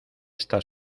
esta